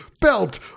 belt